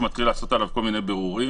שמישהו מתחיל לעשות עליו כל מיני בירורים.